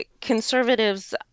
conservatives